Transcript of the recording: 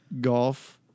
golf